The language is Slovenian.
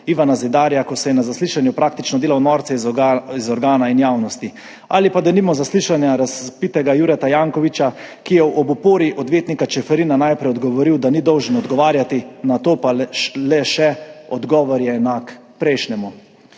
Ivana Zidarja, ko se je na zaslišanju praktično delal norca iz organa in javnosti, ali pa denimo zaslišanja razvpitega Jureta Jankovića, ki je ob opori odvetnika Čeferina najprej odgovoril, da ni dolžan odgovarjati, nato pa le še, odgovor je enak prejšnjemu.